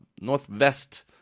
Northwest